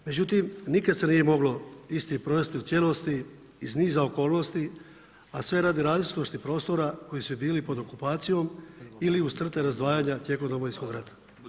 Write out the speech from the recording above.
Međutim nikad se nije moglo isti provesti u cijelosti iz niza okolnosti a sve radi različitosti prostora koji su bili pod okupacijom ili uz crte razdvajanja tijekom Domovinskog rata.